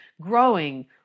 growing